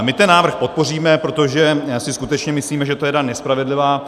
My ten návrh podpoříme, protože si skutečně myslíme, že to je daň nespravedlivá.